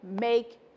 make